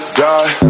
die